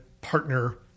partner